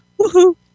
woohoo